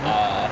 ah